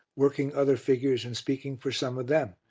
working other figures and speaking for some of them,